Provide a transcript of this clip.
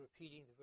repeating